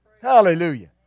Hallelujah